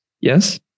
Yes